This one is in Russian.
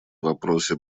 вопросе